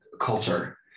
culture